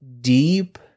deep